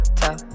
top